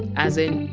as in!